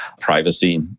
privacy